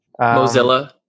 Mozilla